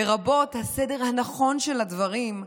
לרבות הסדר הנכון של הדברים,